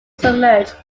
submerged